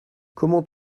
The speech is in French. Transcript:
comment